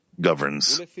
governs